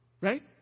Right